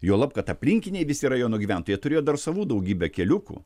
juolab kad aplinkiniai visi rajono gyventojai jie turėjo dar savų daugybę keliukų